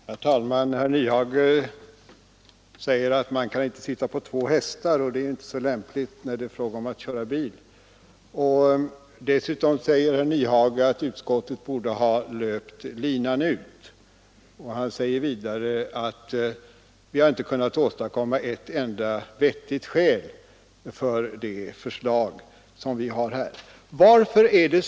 Herr talman! Herr Nyhage säger att man inte kan sitta på två hästar. Det är inte så lämpligt, när det är fråga om att köra bil. Dessutom framhåller herr Nyhage att utskottet borde ha löpt linan ut. Han påstår vidare att utskottet inte har kunnat åstadkomma ett enda vettigt skäl för det förslag som utskottet framlagt.